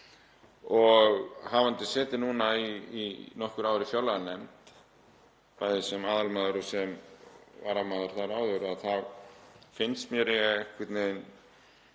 Og hafandi setið núna í nokkur ár í fjárlaganefnd, bæði sem aðalmaður og sem varamaður þar áður, þá finnst mér ég einhvern